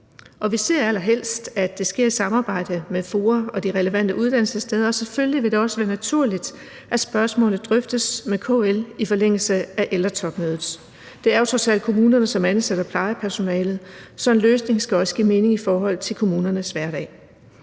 og vi ser allerhelst, at det sker i samarbejde med FOA og de relevante uddannelsessteder, og selvfølgelig vil det også være naturligt, at spørgsmålet drøftes med KL i forlængelse af ældretopmødet. Det er jo trods alt kommunerne, som ansætter plejepersonale, så en løsning skal også give mening i forhold til kommunernes hverdag.